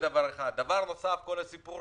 דבר נוסף הוא כל הסיפור